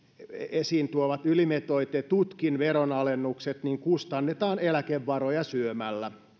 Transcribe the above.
esiin tuomat ylimitoitetutkin veronalennukset kustannetaan eläkevaroja syömällä